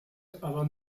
avant